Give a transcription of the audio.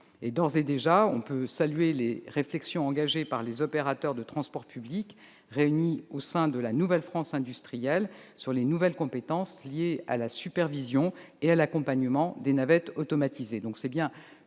D'ores et déjà, on peut saluer les réflexions engagées par les opérateurs de transports publics réunis au sein de la « nouvelle France industrielle » sur les nouvelles compétences liées à la supervision et à l'accompagnement des navettes automatisées.